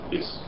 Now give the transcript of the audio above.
Yes